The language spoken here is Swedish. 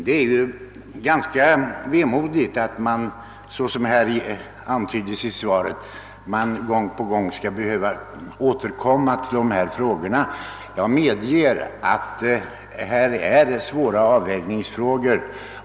Det är ju ganska vemodigt att — som det också antydes i svaret — gång på gång behöva återkomma till dessa frågor. Jag medger emellertid att det här gäller svåra avvägningsproblem.